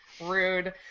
Rude